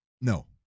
No